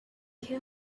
kel